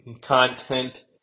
content